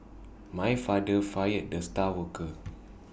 my father fired the star worker